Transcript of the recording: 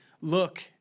look